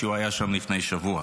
שהיה שם לפני שבוע.